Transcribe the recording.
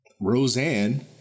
Roseanne